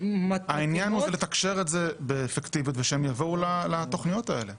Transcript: העניין הוא לתקשר את זה באפקטיביות ושהם יבואו לתכניות האלה.